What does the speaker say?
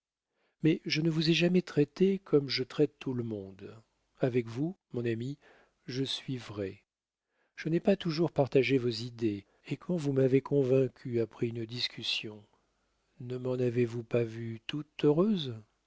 mais je ne vous ai jamais traité comme je traite tout le monde avec vous mon ami je suis vraie je n'ai pas toujours partagé vos idées et quand vous m'avez convaincue après une discussion ne m'en avez-vous pas vue tout heureuse